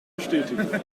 bestätigen